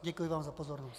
Děkuji vám za pozornost.